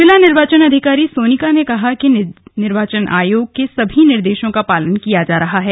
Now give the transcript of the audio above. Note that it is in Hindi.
जिला निर्वाचन अधिकारी सोनिका ने कहा कि निर्वाचन आयोग के सभी निर्देशों का पालन किया जा रहा है